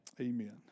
Amen